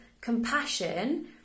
compassion